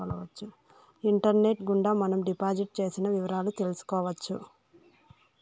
internet గుండా మనం deposit చేసిన వివరాలు తెలుసుకోవచ్చు